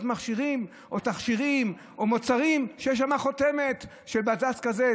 מכשירים או תכשירים או מוצרים שיש שם חותמת של בד"ץ כזה,